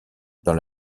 dans